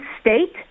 state